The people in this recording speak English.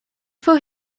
for